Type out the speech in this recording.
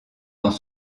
dans